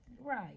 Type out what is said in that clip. Right